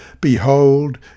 Behold